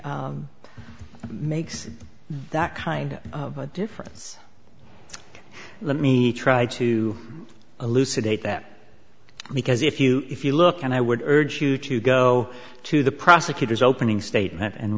makes that kind of a difference let me try to elucidate that because if you if you look and i would urge you to go to the prosecutor's opening statement and